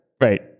Right